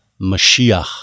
Mashiach